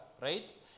Right